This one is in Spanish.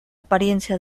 apariencia